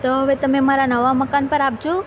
તો હવે તમે મારા નવા મકાન પર આપજો